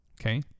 okay